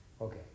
Okay